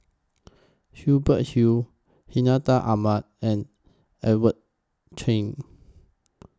Hubert Hill Hartinah Ahmad and Edmund Cheng